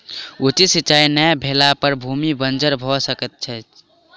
उचित सिचाई नै भेला पर भूमि बंजर भअ सकै छै